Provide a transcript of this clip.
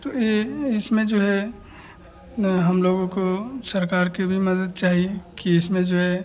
तो यह इसमें जो है ना हम लोगों को सरकार की भी मदद चाहिए कि इसमें जो है